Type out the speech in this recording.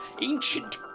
ancient